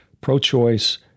pro-choice